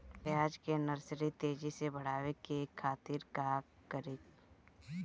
प्याज के नर्सरी तेजी से बढ़ावे के खातिर का करी?